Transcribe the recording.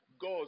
God